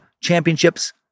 championships